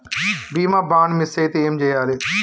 బీమా bond miss అయితే ఏం చేయాలి?